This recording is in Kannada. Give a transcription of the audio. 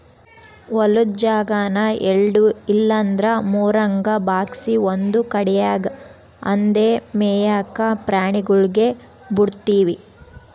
ಹೊಲುದ್ ಜಾಗಾನ ಎಲ್ಡು ಇಲ್ಲಂದ್ರ ಮೂರುರಂಗ ಭಾಗ್ಸಿ ಒಂದು ಕಡ್ಯಾಗ್ ಅಂದೇ ಮೇಯಾಕ ಪ್ರಾಣಿಗುಳ್ಗೆ ಬುಡ್ತೀವಿ